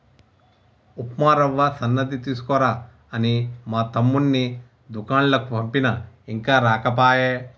ఉప్మా రవ్వ సన్నది తీసుకురా అని మా తమ్ముణ్ణి దూకండ్లకు పంపిన ఇంకా రాకపాయె